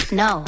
no